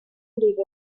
live